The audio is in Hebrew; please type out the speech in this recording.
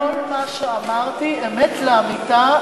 כל מה שאמרתי אמת לאמיתה.